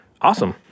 Awesome